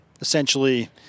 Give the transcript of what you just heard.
essentially